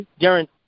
Darren